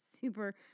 super